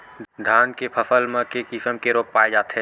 धान के फसल म के किसम के रोग पाय जाथे?